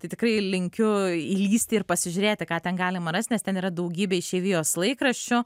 tai tikrai linkiu įlįsti ir pasižiūrėti ką ten galima rast nes ten yra daugybė išeivijos laikraščių